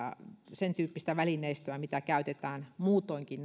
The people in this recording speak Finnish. sentyyppistä välineistöä mitä käytetään muutoinkin